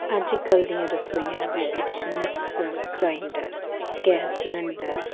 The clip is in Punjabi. ਅੱਜ ਕੱਲ੍ਹ ਦੀਆਂ ਰਸੋਈਆਂ ਦੇ ਵਿੱਚ ਮਿਕਸਰ ਗ੍ਰਾਈਡਰ ਗੈਸ ਸਿਲੰਡਰ